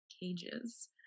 cages